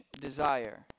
desire